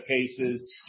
cases